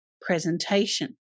presentation